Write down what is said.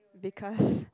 because